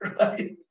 Right